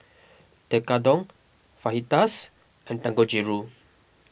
Tekkadon Fajitas and Dangojiru